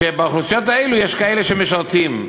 שבאוכלוסיות האלה יש כאלה שמשרתים,